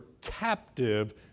captive